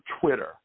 Twitter